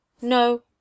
No